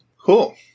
Cool